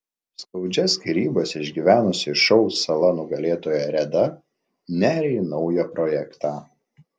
skaudžias skyrybas išgyvenusi šou sala nugalėtoja reda neria į naują projektą